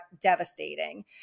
devastating